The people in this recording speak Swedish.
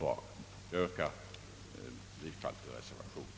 Jag yrkar bifall till reservationen.